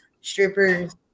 strippers